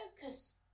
focus